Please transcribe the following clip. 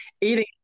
eating